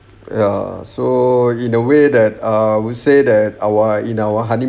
ya so in a way that err I would say that our in our honey